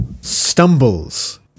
stumbles